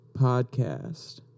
Podcast